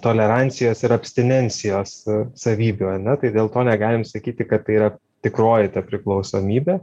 tolerancijos ir abstinencijos savybių ar ne tai dėl to negalim sakyti kad tai yra tikroji ta priklausomybė